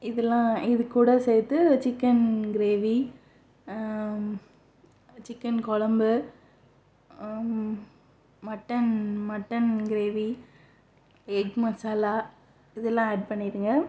இதெல்லாம் இதுக்கூட சேர்த்து சிக்கன் கிரேவி சிக்கன் குழம்பு mutton mutton gravy egg masala இதெல்லாம் ஆட் பண்ணிவிடுங்க